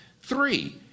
Three